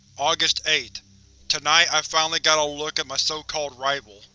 august eighth tonight i finally got a look at my so-called rival